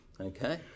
Okay